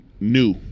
New